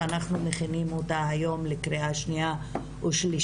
שאנחנו מכינים אותה היום לקריאה שנייה ושלישית,